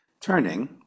Turning